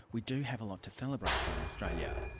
we do have a lot to celebrate here in australia.